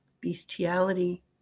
bestiality